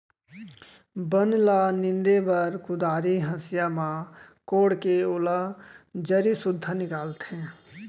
बन ल नींदे बर कुदारी, हँसिया म कोड़के ओला जरी सुद्धा निकालथें